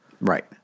Right